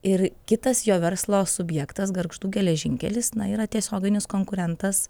ir kitas jo verslo subjektas gargždų geležinkelis na yra tiesioginis konkurentas